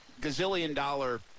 gazillion-dollar